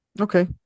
Okay